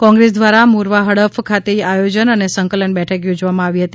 કોંગ્રેસ દ્વારા મોરવા હડફના ખાતે આયોજન અને સંકલન બેઠક યોજવામાં આવી હતી